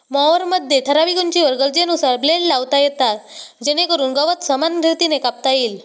मॉवरमध्ये ठराविक उंचीवर गरजेनुसार ब्लेड लावता येतात जेणेकरून गवत समान रीतीने कापता येईल